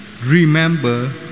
remember